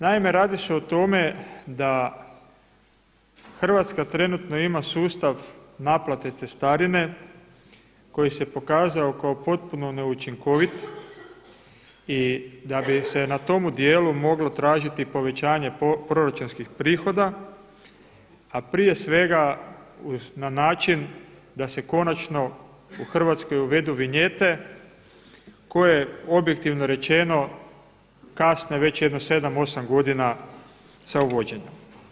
Naime, radi se o tome da Hrvatska trenutno ima sustav naplate cestarine koji se pokazao kao potpuno neučinkovit i da bi se na tome dijelu moglo tražiti povećanje proračunskih prihoda a prije svega na način da se konačno u Hrvatskoj uvedu vinjete koje objektivno rečeno kasne već jedno 7, 8 godina sa uvođenjem.